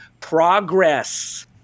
progress